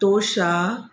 टोशा